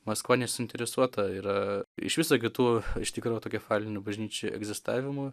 maskva nesuinteresuota yra iš viso kitų iš tikro autokefalinių bažnyčių egzistavimu